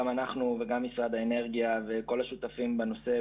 גם אנחנו וגם משרד האנרגיה וכל השותפים בנושא,